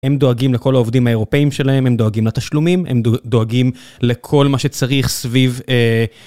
הם דואגים לכל העובדים האירופאיים שלהם, הם דואגים לתשלומים, הם דואגים לכל מה שצריך סביב...